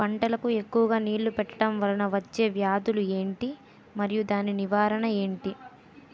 పంటలకు ఎక్కువుగా నీళ్లను పెట్టడం వలన వచ్చే వ్యాధులు ఏంటి? మరియు దాని నివారణ ఏంటి?